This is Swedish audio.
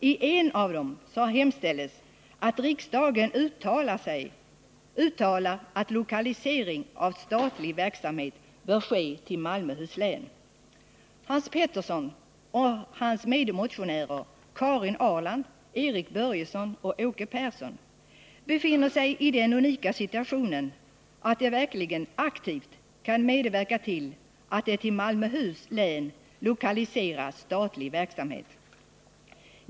I en av dem hemställs att riksdagen uttalar att lokalisering av statlig verksamhet bör ske till Malmöhus län. Hans Petersson och hans medmotionärer Karin Ahrland, Erik Börjesson och Åke Persson befinner sig i den unika situationen att de verkligen aktivt kan medverka till att det till Malmöhus län lokaliseras statlig verksamhet.